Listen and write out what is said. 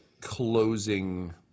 closing